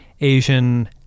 Asian